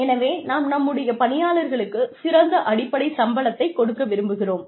எனவே நாம் நம்முடைய பணியாளர்களுக்குச் சிறந்த அடிப்படை சம்பளத்தைக் கொடுக்க விரும்புகிறோம்